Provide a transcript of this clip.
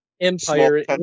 Empire